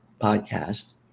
podcast